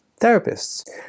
therapists